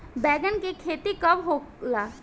बैंगन के खेती कब होला?